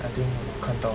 I think 我看到